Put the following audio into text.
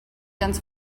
dense